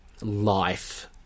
life